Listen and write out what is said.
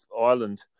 Ireland